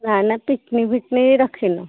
ନା ନା ପିକ୍ନିକ୍ ଫିକ୍ନିକ୍ ରଖିନୁ